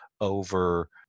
over